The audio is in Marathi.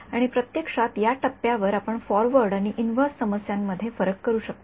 आणि प्रत्यक्षात या टप्प्यावर आपण फॉरवर्ड आणि इन्व्हर्स समस्यांमध्ये फरक करू शकतो